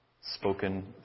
spoken